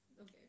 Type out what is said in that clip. Okay